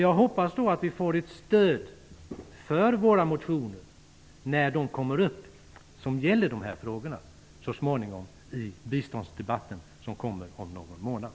Jag hoppas vi får stöd för våra motioner i denna fråga när de kommer upp i biståndsdebatten om någon månad.